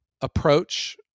approach